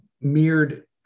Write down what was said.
mirrored